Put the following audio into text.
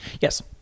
yes